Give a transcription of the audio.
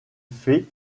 faits